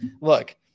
look